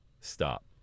stop